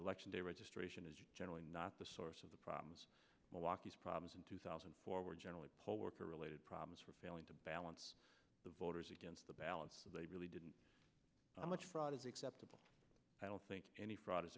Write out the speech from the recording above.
election day registration is generally not the source of the problems walkies problems in two thousand and four were generally poll worker related problems for failing to balance the voters against the ballot they really didn't much fraud is acceptable i don't think any fraud is